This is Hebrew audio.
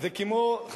זה כמו,